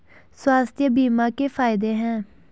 स्वास्थ्य बीमा के फायदे हैं?